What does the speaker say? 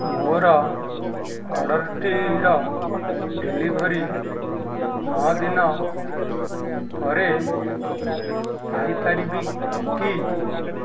ମୋର ଅର୍ଡ଼ର୍ଟିର ଡେଲିଭରି ନଅ ଦିନ ପରେ ପାଇପାରିବି କି